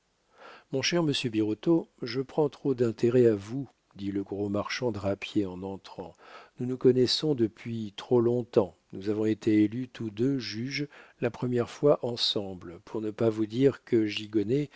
mon cher monsieur birotteau je prends trop d'intérêt à vous dit le gros marchand drapier en entrant nous nous connaissons depuis trop long-temps nous avons été élus tous deux juges la première fois ensemble pour ne pas vous dire que